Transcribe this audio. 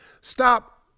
Stop